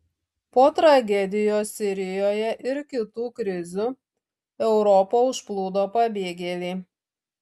po tragedijos sirijoje ir kitų krizių europą užplūdo pabėgėliai